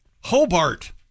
Hobart